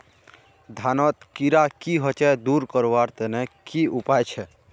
धानोत कीड़ा की होचे दूर करवार तने की उपाय छे?